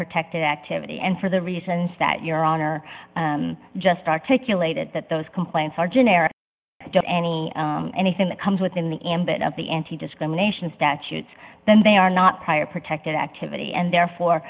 protected activity and for the reasons that your honor just articulated that those complaints are generic to any anything that comes within the ambit of the anti discrimination statutes then they are not prior protected activity and therefore